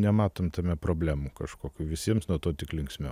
nematom tame problemų kažkokių visiems nuo to tik linksmiau